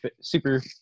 super